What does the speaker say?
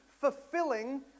fulfilling